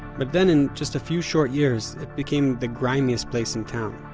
but then, in just a few short years it became the grimiest place in town.